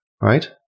right